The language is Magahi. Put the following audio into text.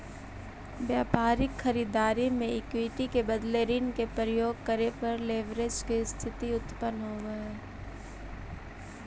व्यापारिक खरीददारी में इक्विटी के बदले ऋण के प्रयोग करे पर लेवरेज के स्थिति उत्पन्न होवऽ हई